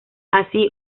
así